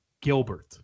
Gilbert